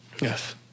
Yes